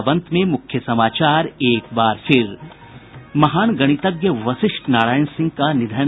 और अब अंत में मुख्य समाचार एक बार फिर महान गणितज्ञ वशिष्ठ नारायण सिंह का निधन